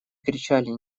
кричали